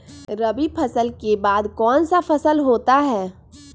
रवि फसल के बाद कौन सा फसल होता है?